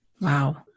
Wow